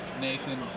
Nathan